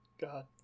God